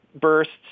bursts